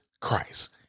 Christ